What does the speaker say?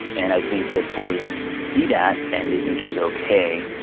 and i think that boys see that, and they think it's ok.